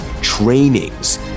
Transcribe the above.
trainings